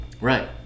Right